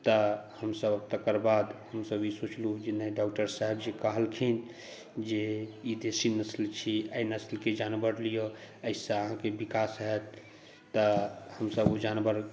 तऽ हमसभ तकर बाद हमसभ ई सोचलहुँ जे नहि डॉक्टर साहेब जे कहलखिन जे ई देसी नस्ल छी एहि नस्लके जानवर लिअ एहिसँ अहाँके विकास हैत तऽ हमसभ ओ जानवर